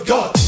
God